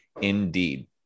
Indeed